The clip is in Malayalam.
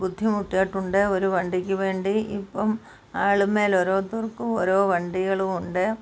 ബുദ്ധിമുട്ടിയിട്ടുണ്ട് ഒരു വണ്ടിക്ക് വേണ്ടി ഇപ്പം ആളും മേൽ ഓരോരുത്തർക്കും ഓരോ വണ്ടികളും ഉണ്ട്